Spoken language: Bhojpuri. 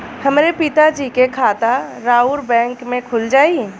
हमरे पिता जी के खाता राउर बैंक में खुल जाई?